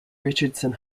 richardson